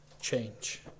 change